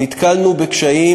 נתקלנו בקשיים,